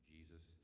Jesus